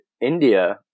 India